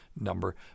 number